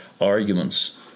arguments